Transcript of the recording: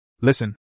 Listen